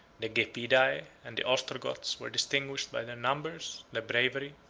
the gepidae and the ostrogoths were distinguished by their numbers, their bravery,